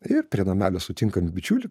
ir prie namelio sutinkami bičiulį